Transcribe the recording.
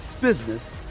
business